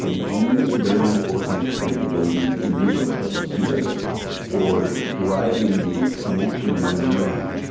the genes are very important when the baby's in utero as a foetus for driving the connection among neurons